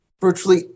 virtually